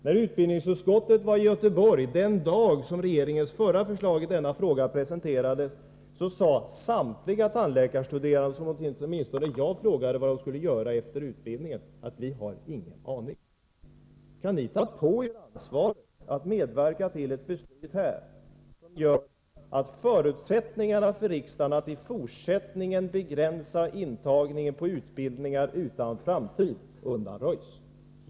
När utbildningsutskottet var i Göteborg den dag då regeringens förra förslag i denna fråga presenterades svarade samtliga tandläkarstuderande som jag frågade vad de skulle göra efter utbildningen: Vi har ingen aning. Kan ni ta på er ansvaret att medverka till ett beslut som gör att förutsättningarna för riksdagen att i fortsättningen begränsa intagningen på utbildningar utan framtid undanröjs?